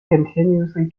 continuously